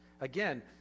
Again